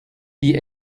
die